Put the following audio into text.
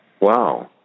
Wow